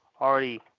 already